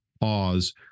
Oz